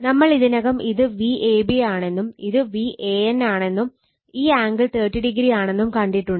നമ്മൾ ഇതിനകം ഇത് Vab ആണെന്നും ഇത് Van ആണെന്നും ഈ ആംഗിൾ 30o ആണെന്നും കണ്ടിട്ടുണ്ട്